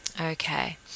Okay